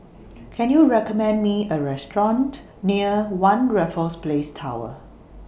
Can YOU recommend Me A Restaurant near one Raffles Place Tower